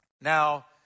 Now